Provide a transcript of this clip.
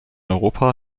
europa